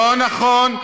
לא נכון.